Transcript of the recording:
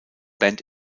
band